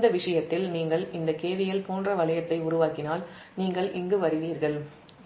இந்த விஷயத்தில் நீங்கள் இந்த KVL போன்ற வளையத்தை உருவாக்கினால் நீங்கள் இங்கு வருவீர்கள்